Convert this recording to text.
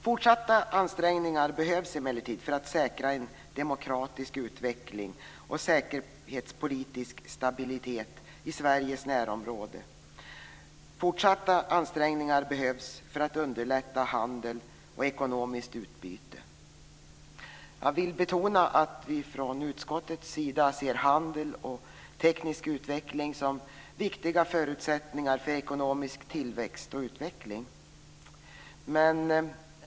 Fortsatta ansträngningar behövs emellertid för att säkra demokratisk utveckling och säkerhetspolitisk stabilitet i Sveriges närområde. Fortsatta ansträngningar behövs för att underlätta handel och ekonomiskt utbyte. Jag vill betona att vi från utskottets sida ser handel och teknisk utveckling som viktiga förutsättningar för ekonomisk tillväxt och utveckling.